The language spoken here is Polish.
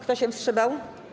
Kto się wstrzymał?